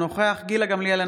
אינו נוכח גילה גמליאל,